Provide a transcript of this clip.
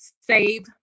Save